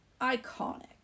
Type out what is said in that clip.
Iconic